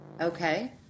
Okay